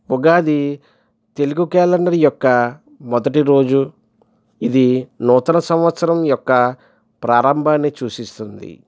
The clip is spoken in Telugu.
ఉగాది తెలుగు క్యాలెండర్ యొక్క మొదటి రోజు ఇది నూతన సంవత్సరం యొక్క ప్రారంభాన్ని సూచిస్తుంది